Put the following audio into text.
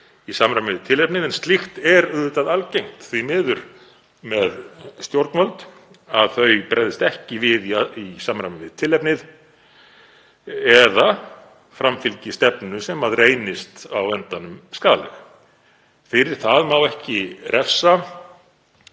í samræmi við tilefnið, en slíkt er auðvitað algengt, því miður, með stjórnvöld, að þau bregðist ekki við í samræmi við tilefnið eða framfylgi stefnu sem reynist á endanum skaðleg. Fyrir það á ekki að refsa